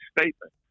statement